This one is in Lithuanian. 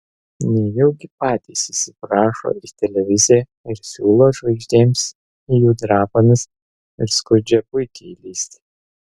nejaugi patys įsiprašo į televiziją ir siūlo žvaigždėms į jų drapanas ir skurdžią buitį įlįsti